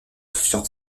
sur